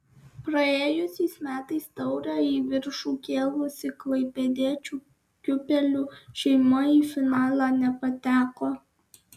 praėjusiais metais taurę į viršų kėlusi klaipėdiečių kiūpelių šeima į finalą nepateko